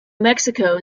mexico